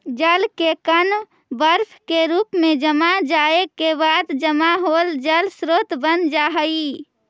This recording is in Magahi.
जल के कण बर्फ के रूप में जम जाए के बाद जमा होल जल स्रोत बन जा हई